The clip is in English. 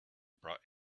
brought